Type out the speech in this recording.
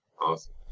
Awesome